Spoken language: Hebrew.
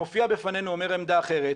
מופיע בפנינו ואומר עמדה אחרת.